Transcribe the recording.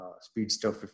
Speedster